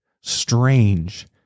strange